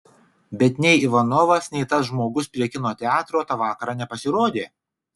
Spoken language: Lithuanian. bet nei ivanovas nei tas žmogus prie kino teatro tą vakarą nepasirodė